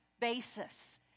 basis